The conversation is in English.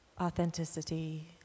authenticity